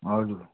हजुर